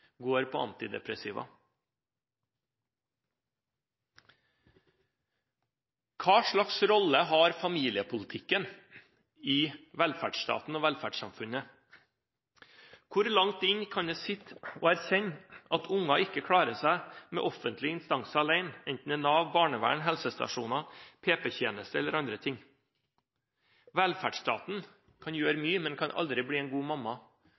går på antidepressiva. Hva slags rolle har familiepolitikken i velferdsstaten og velferdssamfunnet? Hvor langt inne kan erkjennelsen av at barna ikke klarer seg med offentlige instanser alene sitte – enten det er Nav, barnevernet, helsestasjoner, pedagogisk-psykologisk tjeneste eller andre ting? Velferdsstaten kan gjøre mye, men den kan aldri bli en god mamma.